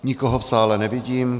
Nikoho v sále nevidím.